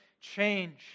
change